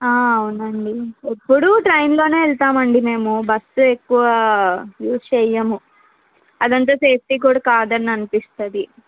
ఆ అవునండి ఎప్పుడూ ట్రైన్లోనే వెళ్తామండి మేము బస్ ఎక్కువ యూజ్ చెయ్యము అది అంత సేఫ్టీ కూడా కాదని అనిపిస్తుంది